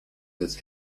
des